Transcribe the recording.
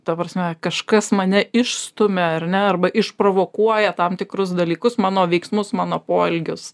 ta prasme kažkas mane išstumia ar ne arba išprovokuoja tam tikrus dalykus mano veiksmus mano poelgius